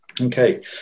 Okay